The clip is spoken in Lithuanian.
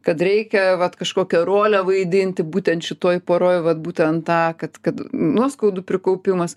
kad reikia vat kažkokią rolę vaidinti būtent šitoj poroj vat būtent tą kad kad nuoskaudų prikaupimas